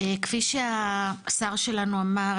כפי שהשר שלנו אמר,